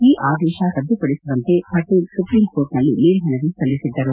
ಈ ಆದೇಶ ರದ್ದುಪಡಿಸುವಂತೆ ಪಟೇಲ್ ಸುಪ್ರೀಂ ಕೋರ್ಟ್ನಲ್ಲಿ ಮೇಲ್ಮನವಿ ಸಲ್ಲಿಸಿದ್ದರು